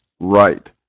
right